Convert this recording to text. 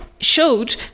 showed